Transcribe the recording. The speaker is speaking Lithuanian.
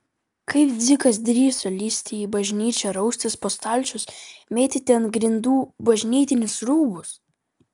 kaip dzikas drįso lįsti į bažnyčią raustis po stalčius mėtyti ant grindų bažnytinius rūbus